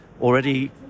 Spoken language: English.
already